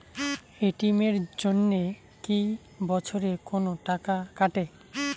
ATM এর জন্যে কি বছরে কোনো টাকা কাটে?